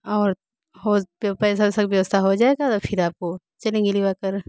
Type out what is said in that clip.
और हो तो पैसे वैसे की व्यवस्था हो जाएगी तो फिर आपको चलेंगे लिवा कर